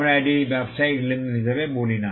আমরা এটি ব্যবসায়িক লেনদেন হিসাবে বলি না